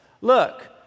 look